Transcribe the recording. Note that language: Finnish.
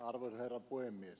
arvoisa herra puhemies